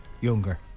younger